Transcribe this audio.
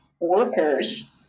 workers